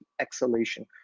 exhalation